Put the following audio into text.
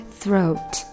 throat